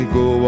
go